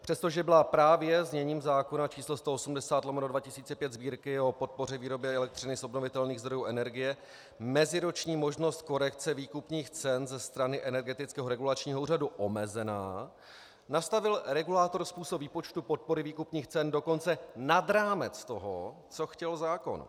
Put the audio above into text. Přestože byla právě zněním zákon č. 180/2005 Sb., o podpoře výroby elektřiny z obnovitelných zdrojů energie, meziroční možnost korekce výkupních cen ze strany Energetického regulačního úřadu omezena, nastavil regulátor způsob výpočtu podpory výkupních cen dokonce nad rámec toho, co chtěl zákon.